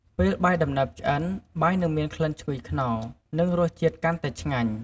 ពេលបាយដំណើបឆ្អិន បាយនិងមានក្លិនឈ្ងុយខ្នុរ និងរសជាតិកាន់តែឆ្ងាញ់។